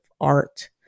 art